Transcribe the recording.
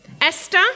Esther